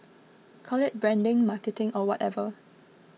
call it branding marketing or whatever